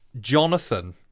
Jonathan